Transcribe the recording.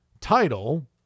title